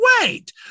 wait